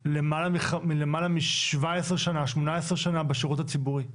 אני למעלה 18 בשירות הציבורי.